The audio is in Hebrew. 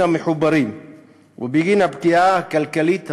המחוברים ובגין הפגיעה הכלכלית המשקית,